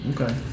Okay